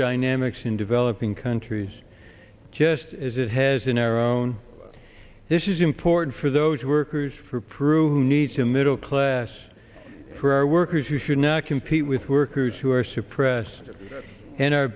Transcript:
dynamics in developing countries just as it has in our own this is important for those workers for prove who needs a middle class for our workers who should not compete with workers who are suppressed in our